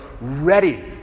ready